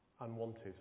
unwanted